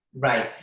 right,